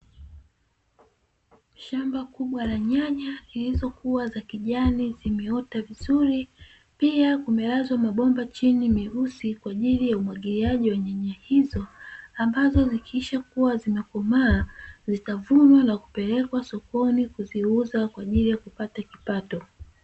Shamba kubwa la nyanya zilizokuwa za kijani zimeota vizuri, pia kumelazwa mabomba chini meusi kwa ajili ya umwagiliaji wa nyanya hizo ambazo zikishakuwa zimekomaa zitavunwa na kupelekwa sokoni kuziuza kwa ajili ya kupata kipato.